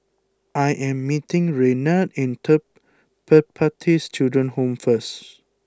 I am meeting Renard at Pertapis Children Home first